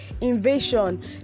invasion